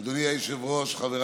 אומר שאם לא פתחת את זה, ואני חושב